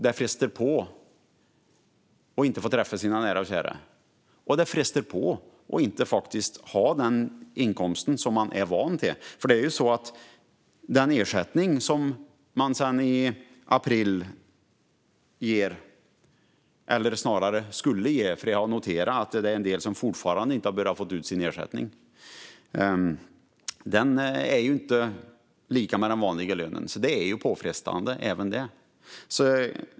Det frestar på att inte få träffa sina nära och kära, och det frestar på att inte ha sin vanliga inkomst. Den ersättning man sedan i april kan få är ju lägre än den vanliga lönen, och vissa har inte ens börjat få den.